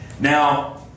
Now